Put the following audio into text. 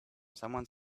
someone